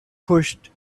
pushed